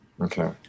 Okay